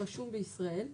רשום בישראל,